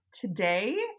Today